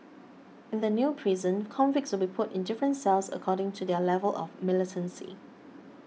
in the new prison convicts will be put in different cells according to their level of militancy